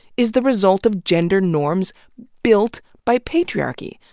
is the result of gender norms built by patriarchy.